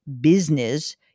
business